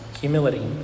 Humility